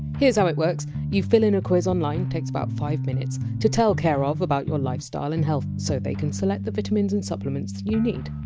here! s how it works you fill in a quiz online, takes about five minutes, to tell care of about your lifestyle and health needs, so they can select the vitamins and supplements you need.